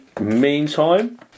meantime